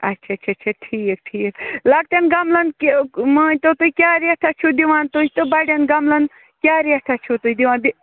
اچھا اَچھا اَچھا اچھا اچھا ٹھیٖک ٹھیٖک لۄکٕٹیٚن گَملَن تہِ مٲنۍ تو تُہۍ کیٛاہ ریٹھاہ چھِو دِوان تُہۍ تہٕ بَڈین گَملَن کیٛاہ ریٹھاہ چھِو تُہۍ دِوان بیٚیہِ